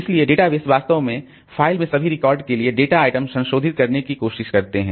इसलिए डेटाबेस वास्तव में फ़ाइल में सभी रिकॉर्ड के लिए डेटा आइटम संशोधित करने की कोशिश करते हैं